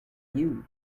you